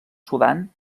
sudan